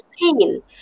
pain